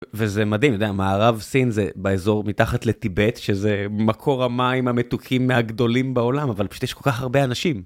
וזה מדהים, אני יודע, מערב סין זה באזור מתחת לטיבט שזה מקור המים המתוקים מהגדולים בעולם אבל פשוט יש כל כך הרבה אנשים.